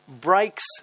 breaks